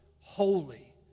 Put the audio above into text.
holy